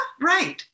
right